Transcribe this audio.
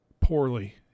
poorly